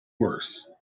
worse